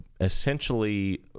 essentially